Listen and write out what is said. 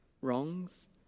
wrongs